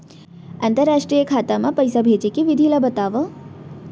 अंतरराष्ट्रीय खाता मा पइसा भेजे के विधि ला बतावव?